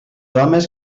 homes